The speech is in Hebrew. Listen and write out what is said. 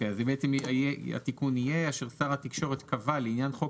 אז בעצם התיקון יהיה "אשר שר התקשורת קבע לעניין חוק